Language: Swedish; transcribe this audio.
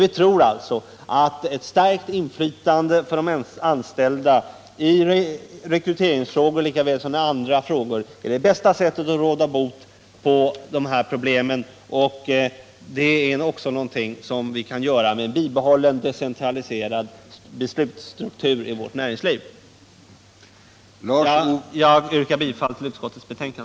Vi tror emellertid att ett starkt inflytande för de anställda i rekryteringsfrågor lika väl som i andra frågor är det bästa sättet att råda bot på de här problemen. Det är också någonting som vi kan göra med en bibehållen decentraliserad beslutsstruktur i vårt näringsliv. Herr talman! Jag yrkar bifall till utskottets hemställan.